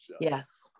Yes